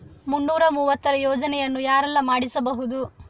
ಮುನ್ನೂರ ಮೂವತ್ತರ ಯೋಜನೆಯನ್ನು ಯಾರೆಲ್ಲ ಮಾಡಿಸಬಹುದು?